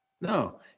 No